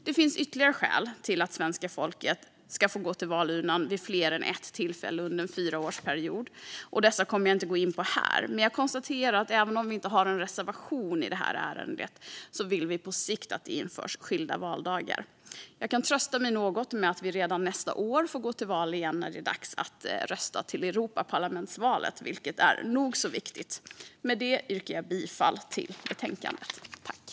Det finns ytterligare skäl till att svenska folket ska få gå till valurnan vid fler än ett tillfälle under en fyraårsperiod, men dessa kommer jag inte att gå in på. Även om vi inte har en reservation i detta ämne vill Liberalerna att det på sikt införs skilda valdagar. Jag kan trösta mig något med att vi redan nästa år får gå till val igen när det är dags att rösta till Europaparlamentet, vilket är nog så viktigt. Jag yrkar bifall till utskottets förslag.